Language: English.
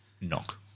Knock